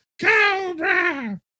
Cobra